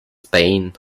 spain